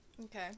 Okay